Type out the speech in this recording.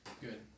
Good